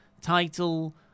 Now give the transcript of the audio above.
title